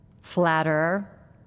Flatterer